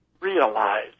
realize